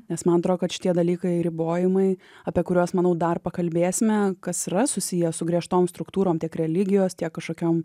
nes man atrodo kad šitie dalykai ribojimai apie kuriuos manau dar pakalbėsime kas yra susiję su griežtom struktūrom tiek religijos tiek kažkokiom